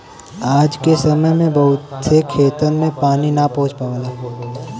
आज के समय में बहुत से खेतन में पानी ना पहुंच पावला